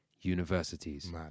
universities